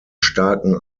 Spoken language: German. starken